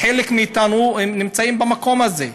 חלק מאיתנו נמצאים במקום הזה.